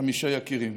יקירים,